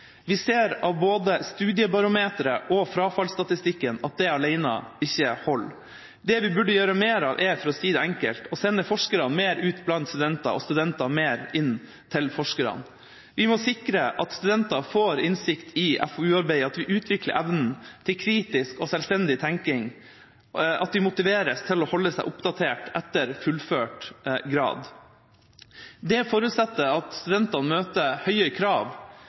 Vi ser av både studiebarometeret og frafallsstatistikken at det alene ikke holder. Det vi burde gjøre mer av, er, for å si det enkelt, å sende forskere mer ut blant studenter og studenter mer inn til forskerne. Vi må sikre at studenter får innsikt i FoU-arbeid og at vi utvikler evnen til kritisk og selvstendig tenkning, at de motiveres til å holde seg oppdatert etter fullført grad. Det forutsetter at studentene møter høye krav,